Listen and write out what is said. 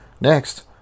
Next